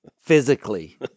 physically